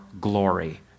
glory